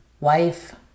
wife